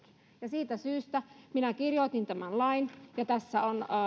ja siitä syystä minä kirjoitin tämän lain tässä on